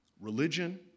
Religion